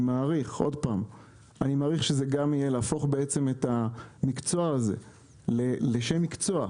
אני מעריך שזה גם יהיה להפוך את המקצוע הזה לשם מקצוע.